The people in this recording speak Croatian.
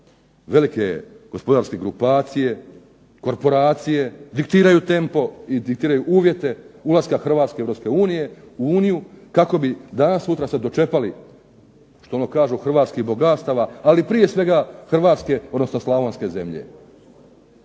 velike gospodarske grupacije, korporacije diktiraju tempo i diktiraju uvjete ulaska Hrvatske u Europsku uniju kako bi danas sutra se dočepali što ono kažu hrvatskih bogatstava, ali prije svega Hrvatske odnosno slavonske zemlje.